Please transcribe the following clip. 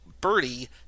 Birdie